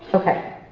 okay.